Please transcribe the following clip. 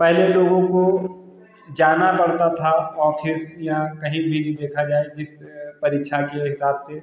पहले लोगों को जाना पड़ता था ऑफ़िस या कहीं भी देखा जाए जिस परीक्षा के हिसाब से